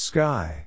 Sky